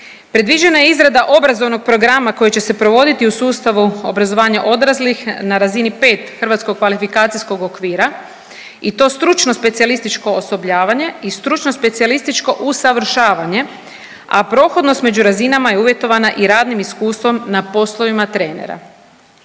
Predviđena je izrada obrazovnog programa koja će se provoditi u sustavu obrazovanja odraslih na razini pet hrvatskog kvalifikacijskog okvira i to stručno specijalističko osposobljavanje i stručno specijalističko usavršavanje, a prohodnost među razinama je uvjetovana i radnim iskustvom na poslovima trenera.